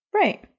Right